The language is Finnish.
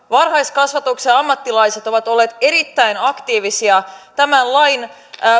varhaiskasvatuksen ammattilaiset ovat olleet erittäin aktiivisia tämän lain